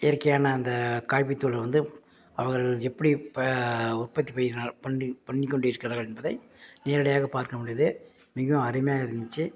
இயற்கையான அந்த காப்பி தூளை வந்து அவர்கள் எப்படி ப உற்பத்தி பண்டி பண்ணி கொண்டு இருக்கிறார்கள் என்பதை நேரடியாக பார்க்க முடியுது மிகவும் அருமையாக இருந்துச்சு